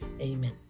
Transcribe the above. amen